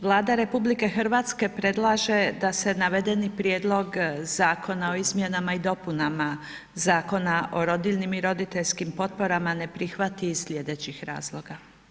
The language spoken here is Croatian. Vlada RH predlaže da se navedeni Prijedlog zakona o izmjenama i dopunama Zakona o rodiljnim i roditeljskim potporama ne prihvati iz slijedećih razloga.